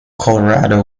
colorado